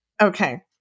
Okay